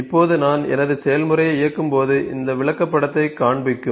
இப்போது நான் எனது செயல்முறையை இயக்கும்போது இந்த விளக்கப்படத்தைக் காண்பிக்கும்